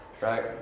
right